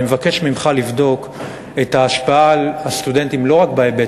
אני מבקש ממך לבדוק את ההשפעה על הסטודנטים לא רק בהיבט